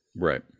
Right